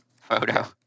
photo